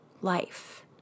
life